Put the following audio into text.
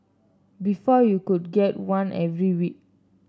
before you could get one every week